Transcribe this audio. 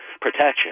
protection